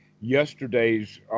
yesterday's